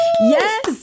Yes